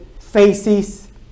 faces